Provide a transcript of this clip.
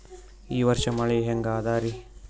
ಈ ವರ್ಷ ಮಳಿ ಹೆಂಗ ಅದಾರಿ?